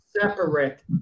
separate